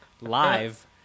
live